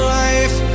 life